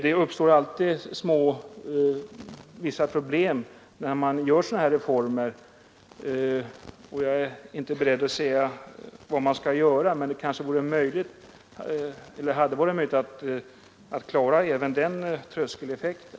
Det uppstår alltid vissa problem när man genomför en reform av detta slag, och jag är inte beredd att säga vad man skall göra åt saken i detta fall. Men det hade kanske varit möjligt att klara även den tröskeleffekten.